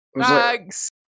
Thanks